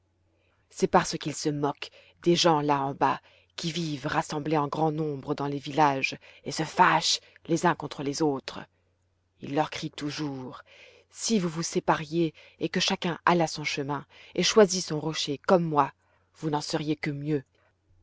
c'est parce qu'il se moque des gens là en bas qui vivent rassemblés en grand nombre dans les villages et se fâchent les uns contre les autres il leur crie toujours si vous vous sépariez et que chacun allât son chemin et choisît son rocher comme moi vous n'en seriez que mieux